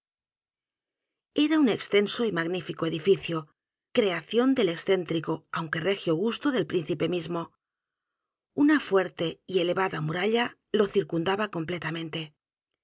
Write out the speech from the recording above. era un extenso y magnífico edificio creación del excéntrico aunque regio gusto del príncipe mismo una fuerte y elevada muralla lo circundaba completamente